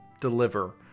deliver